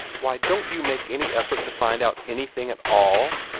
why, don't you make any effort to find out anything at all?